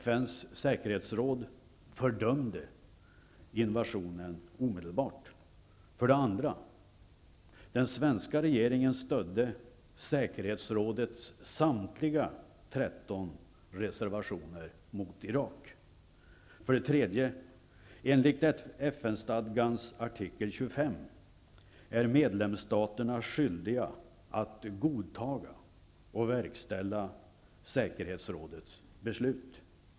FN:s säkerhetsråd fördömde omedelbart invasionen. 2. Den svenska regeringen stödde säkerhetsrådets samtliga 13 reservationer mot Irak. 3. Enligt FN-stadgans artikel 25 är medlemsstaterna skyldiga att ''godtaga och verkställa säkerhetsrådets beslut''.